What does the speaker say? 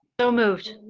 so moved.